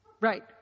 Right